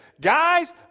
guys